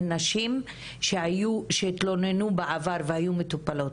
הן נשים שהתלוננו בעבר והיו מטופלות,